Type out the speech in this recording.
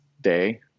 day